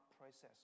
process